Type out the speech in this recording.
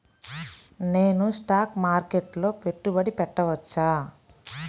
నేను స్టాక్ మార్కెట్లో పెట్టుబడి పెట్టవచ్చా?